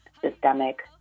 systemic